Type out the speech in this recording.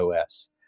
OS